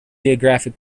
geographic